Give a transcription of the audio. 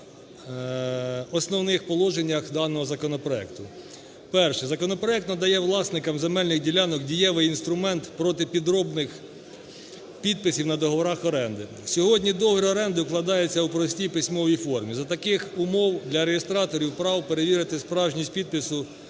на основних положеннях даного законопроекту. Перше. Законопроект надає власникам земельних ділянок дієвий інструмент проти підроблених підписів на договорах оренди. Сьогодні договір оренди укладається у простій письмовій формі. За таких умов для реєстраторів прав перевірити справжність підпису